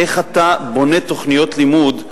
איך אתה בונה תוכניות לימוד,